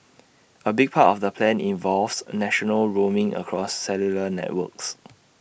A big part of the plan involves national roaming across cellular networks